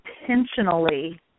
intentionally